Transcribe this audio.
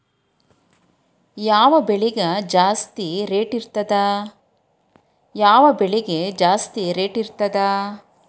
ಯಾವ ಬೆಳಿಗೆ ಜಾಸ್ತಿ ರೇಟ್ ಇರ್ತದ?